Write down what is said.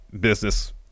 business